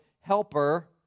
helper